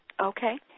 Okay